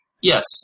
Yes